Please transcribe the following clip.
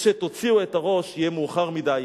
כשתוציאו את הראש יהיה מאוחר מדי.